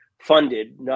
funded